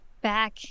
back